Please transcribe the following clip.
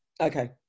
Okay